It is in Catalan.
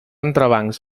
entrebancs